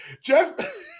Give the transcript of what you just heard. Jeff